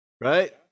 right